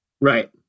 right